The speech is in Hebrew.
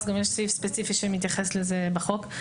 גם יש סעיף ספציפי שמתייחס לזה בחוק.